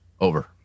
Over